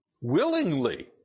willingly